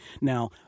Now